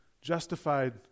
justified